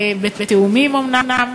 בתיאומים אומנם,